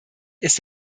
ist